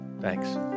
Thanks